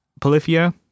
Polyphia